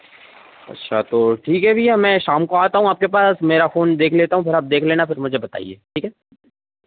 अच्छा तो ठीक है भैया मैं शाम को आता हूँ आपके पास मेरा फोन देख लेता हूँ फिर आप देख लेना फिर मुझे बताइए ठीक है